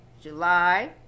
July